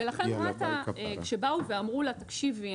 ולכן רת"א כשבאו ואמרו לה תקשיבי,